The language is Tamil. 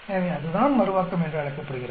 எனவே அதுதான் மறுவாக்கம் என்று அழைக்கப்படுகிறது